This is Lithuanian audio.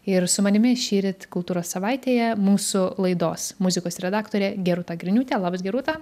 ir su manimi šįryt kultūros savaitėje mūsų laidos muzikos redaktorė gerūta griniūtė labas gerūta